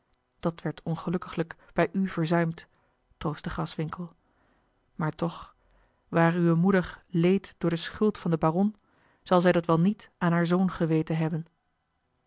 dat werd ongelukkiglijk bij u verzuimd troostte graswinckel maar toch waar uwe moeder leed door de schuld van den baron zal zij dat wel niet aan haar zoon geweten hebben